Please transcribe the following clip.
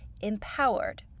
empowered